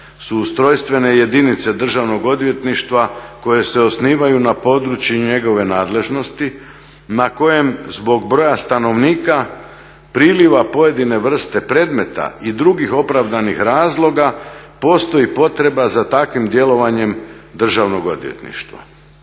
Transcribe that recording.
ustrojstvene jedinice Državnog odvjetništva koje se osnivaju na području njegove nadležnosti na kojem zbog broja stanovnika priliva pojedine vrste predmeta i drugih opravdanih razloga postoji potreba za takvim djelovanjem Državnog odvjetništva"